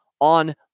on